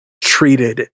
treated